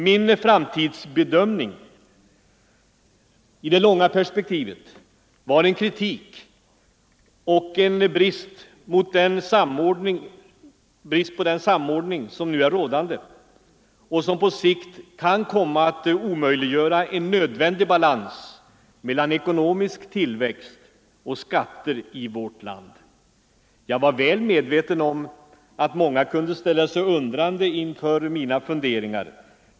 Min framtidsbedömning i det långa perspektivet var en kritik mot och en oro för den brist på samordning som nu är rådande och som på sikt kommer att försvåra en nödvändig balans mellan ekonomisk tillväxt och skatter i vårt land. Jag var väl medveten om att många kunde ställa sig undrande inför mina funderingar.